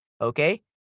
Okay